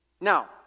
Now